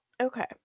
Okay